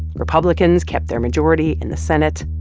republicans kept their majority in the senate.